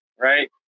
Right